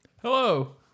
Hello